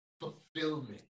fulfillment